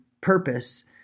purpose